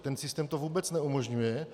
Ten systém to vůbec neumožňuje.